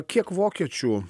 kiek vokiečių